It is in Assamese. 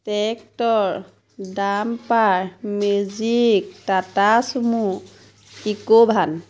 tractor dumper Magic Tata Sumo Eco van